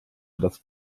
das